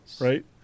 right